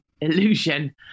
illusion